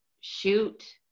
shoot